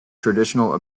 traditional